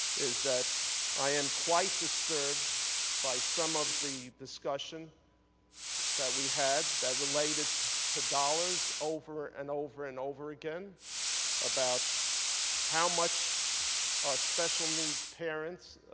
that i am quite disturbed by some of the discussions that we had that related to dollars over and over and over again about how much ah special needs parents,